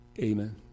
Amen